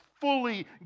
fully